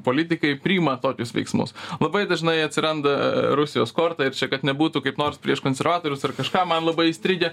politikai priima tokius veiksmus labai dažnai atsiranda rusijos korta ir čia kad nebūtų kaip nors prieš konservatorius ar kažką man labai įstrigę